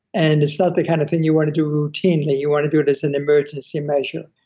and it's not the kind of thing you want to do routinely, you want to do it as an emergency measure.